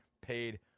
paid